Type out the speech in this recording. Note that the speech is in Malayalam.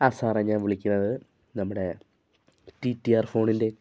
ആ സാറെ ഞാൻ വിളിക്കുന്നത് നമ്മുടെ ടി ടി ആർ ഫോണിൻ്റെ